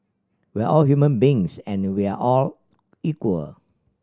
we're all human beings and we all are equal